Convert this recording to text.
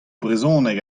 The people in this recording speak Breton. brezhoneg